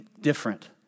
different